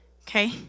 okay